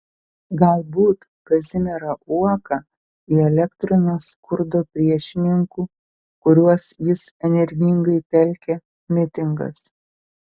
galbūt kazimierą uoką įelektrino skurdo priešininkų kuriuos jis energingai telkė mitingas